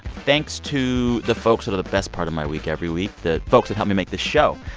thanks to the folks that are the best part of my week every week, the folks who help me make the show.